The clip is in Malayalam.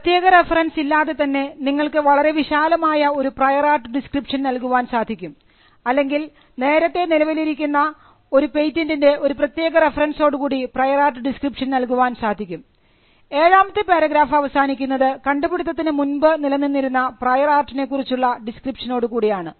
പ്രത്യേക റഫറൻസ് ഇല്ലാതെതന്നെ നിങ്ങൾക്ക് വളരെ വിശാലമായ ഒരു പ്രയർ ആർട്ട് ഡിസ്ക്രിപ്ഷൻ നൽകുവാൻ സാധിക്കും അല്ലെങ്കിൽ നേരത്തെ നിലവിലിരിക്കുന്ന ഒരു പേറ്റന്റിൻറെ ഒരു പ്രത്യേക റഫറൻസോടുകൂടി പ്രയർ ആർട്ട് ഡിസ്ക്രിപ്ഷൻ നൽകുവാൻ സാധിക്കും ഏഴാമത്തെ പാരഗ്രാഫ് അവസാനിക്കുന്നത് കണ്ടുപിടുത്തത്തിന് മുൻപ് നിലനിന്നിരുന്ന പ്രയർ ആർട്ടിനെകുറിച്ചുള്ള ഡിസ്ക്രിപ്ഷനോടികൂടിയാണ്